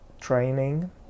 training